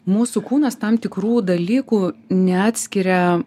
mūsų kūnas tam tikrų dalykų neatskiria